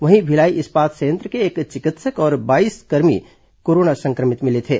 वहीं भिलाई इस्पात संयंत्र के एक चिकित्सक और बाईस कर्मी भी कोरोना सं क्र मित मिले थे